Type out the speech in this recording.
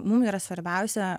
mum yra svarbiausia